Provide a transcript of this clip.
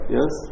Yes